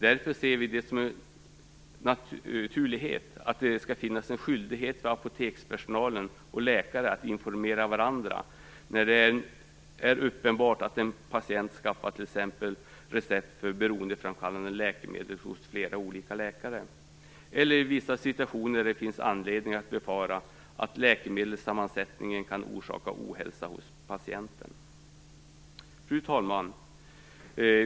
Därför ser vi det som naturligt att det skall finnas en skyldighet för apotekspersonal och läkare att informera varandra när det är uppenbart att en patient t.ex. skaffat recept för beroendeframkallande läkemedel hos flera olika läkare eller i vissa situationer där det finns anledning att befara att läkemedelssammansättningen kan orsaka ohälsa hos patienten. Fru talman!